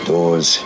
Doors